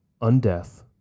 undeath